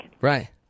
Right